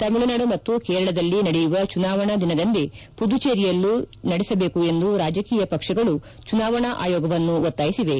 ತಮಿಳುನಾಡು ಮತ್ತು ಕೇರಳದಲ್ಲಿ ನಡೆಯುವ ಚುನಾವಣಾ ದಿನದಂದೇ ಪುದುಚೇರಿಯಲ್ಲೂ ನಡೆಸಬೇಕು ಎಂದು ರಾಜಕೀಯ ಪಕ್ಷಗಳು ಚುನಾವಣಾ ಆಯೋಗವನ್ನು ಒತ್ತಾಯಿಸಿವೆ